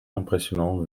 impressionnant